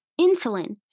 insulin